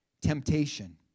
temptation